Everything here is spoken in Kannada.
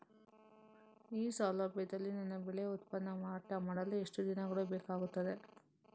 ಈ ಸೌಲಭ್ಯದಲ್ಲಿ ನನ್ನ ಬೆಳೆ ಉತ್ಪನ್ನ ಮಾರಾಟ ಮಾಡಲು ಎಷ್ಟು ದಿನಗಳು ಬೇಕಾಗುತ್ತದೆ?